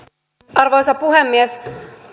arvoisa puhemies